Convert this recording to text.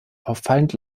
auffallend